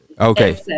okay